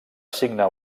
signar